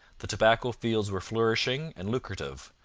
the tobacco fields were flourishing and lucrative,